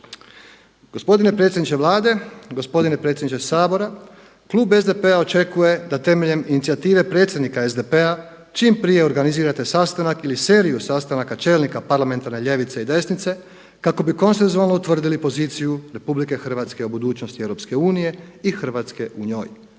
Gospodine predsjedniče Vlade, gospodine predsjedniče Sabora, klub SDP-a očekuje da temeljem inicijative predsjednika SDP-a čim prije organizirate sastanak ili seriju sastanaka čelnika parlamentarne ljevice i desnice kako bi konsensualno utvrdili poziciju RH o budućnosti EU i Hrvatske u njoj.